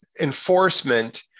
enforcement